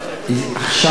לא, לא חמש שנים עכשיו.